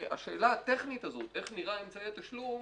שהשאלה הטכנית הזאת איך נראה אמצעי התשלום